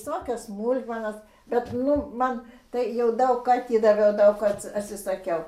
visokios smulkmenas bet nu man tai jau daug ką atidaviau daug ko atsisakiau